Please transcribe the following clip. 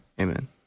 Amen